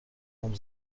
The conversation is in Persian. عمر